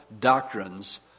doctrines